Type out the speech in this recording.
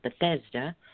Bethesda